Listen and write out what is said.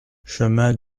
chemin